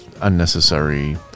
unnecessary